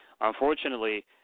unfortunately